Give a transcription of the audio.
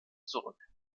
zurück